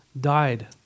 died